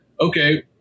Okay